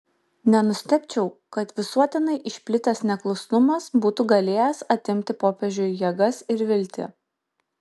nenustebčiau kad visuotinai išplitęs neklusnumas būtų galėjęs atimti popiežiui jėgas ir viltį